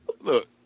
Look